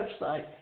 website